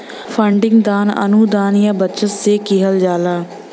funding दान, अनुदान या बचत से किहल जाला